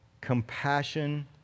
compassion